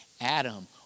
Adam